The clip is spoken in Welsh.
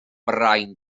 rain